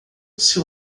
seu